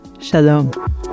shalom